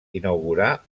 inaugurar